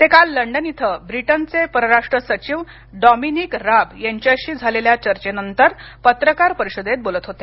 ते काल लंडन इथं ब्रिटनचे परराष्ट्र सचिव डॉमिनिक राब यांच्याशी झालेल्या चर्चेनंतर पत्रकार परिषदेत बोलत होते